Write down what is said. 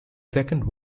second